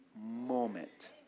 moment